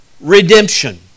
redemption